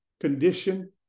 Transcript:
condition